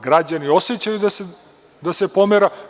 Građani osećaju da se pomera.